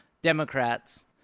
democrats